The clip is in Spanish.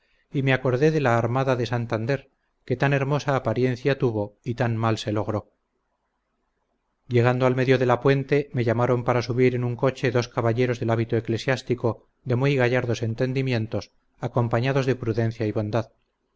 y me acordé de la armada de santander que tan hermosa apariencia tuvo y tan mal se logró llegando al medio de la puente me llamaron para subir en un coche dos caballeros del hábito eclesiástico de muy gallardos entendimientos acompañados de prudencia y bondad